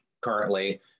currently